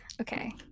Okay